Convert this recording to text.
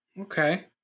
Okay